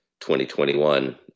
2021